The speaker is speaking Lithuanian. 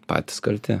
patys kalti